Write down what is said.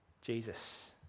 Jesus